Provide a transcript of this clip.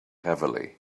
heavily